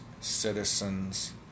citizens